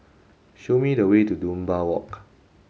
show me the way to Dunbar Walk